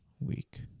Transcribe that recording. week